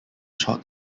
short